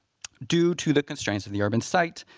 due to the constraints of the urban site,